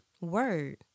Word